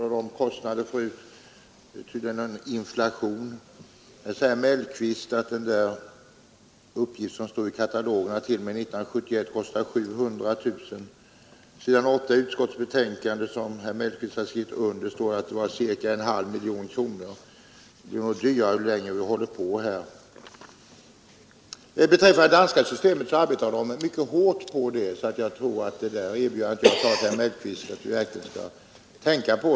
Herr talman! Herr Mellqvist sade att de förteckningar som var införda i telefonkatalogen 1971 kostade 700 000 kronor. På s. 8 i det utskottsbetänkande som herr Mellqvist skrivit under står det att postverkets avgift för dessa förteckningar uppgick till cirka en halv miljon kronor. Det blir tydligen dyrare ju längre vi håller på. Danskarna arbetar på sitt system, så jag tror att det erbjudande jag gav till herr Mellqvist verkligen vore någonting att tänka på.